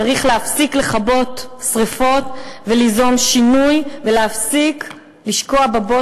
צריך להפסיק לכבות שרפות וליזום שינוי ולהפסיק לשקוע בבוץ